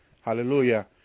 hallelujah